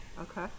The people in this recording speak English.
Okay